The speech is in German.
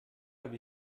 habe